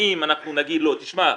האם נגיד לו "תשמע,